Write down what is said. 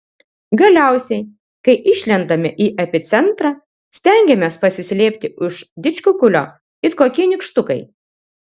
galiausiai kai išlendame į epicentrą stengiamės pasislėpti už didžkukulio it kokie nykštukai